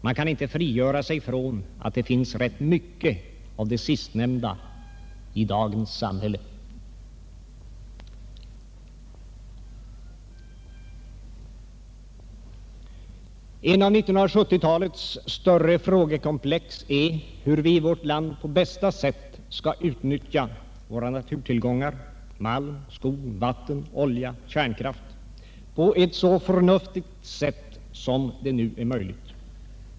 Man kan inte frigöra sig från att det finns rätt mycket av det sistnämnda i dagens samhälle. Ett av 1970-talets större frågekomplex är hur vi i vårt land på bästa sätt skall utnyttja våra naturtillgångar — malm, skog, vatten, olja, kärnkraft — på ett så förnuftigt sätt som det nu är möjligt.